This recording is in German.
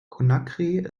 conakry